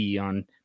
on